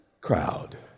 crowd